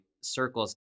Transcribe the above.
circles